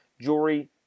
Jewelry